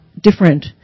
different